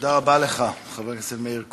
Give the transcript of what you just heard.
תודה רבה לך, חבר הכנסת מאיר כהן.